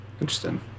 Interesting